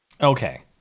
Okay